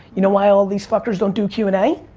you know why all these fuckers don't do q and a?